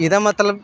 एह्दा मतलब